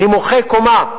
נמוכי קומה,